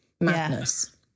madness